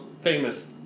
famous